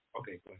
Okay